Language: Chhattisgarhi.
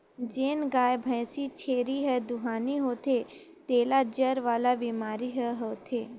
जेन गाय, भइसी, छेरी हर दुहानी होथे तेला जर वाला बेमारी हर होथे